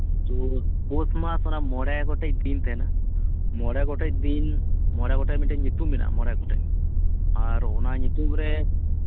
ᱛᱚ ᱯᱳᱥᱢᱟᱥ ᱚᱱᱮ ᱢᱚᱬᱮ ᱜᱚᱴᱮᱡ ᱫᱤᱱ ᱛᱟᱸᱦᱮᱱᱟ ᱢᱚᱬᱮ ᱜᱚᱴᱮᱡ ᱫᱤᱱ ᱢᱚᱬᱮ ᱜᱚᱴᱮᱡ ᱧᱩᱛᱩᱢ ᱢᱮᱱᱟᱜᱼᱟ ᱢᱚᱬᱮ ᱜᱚᱴᱮᱡ ᱟᱨ ᱧᱩᱛᱩᱢ ᱨᱮ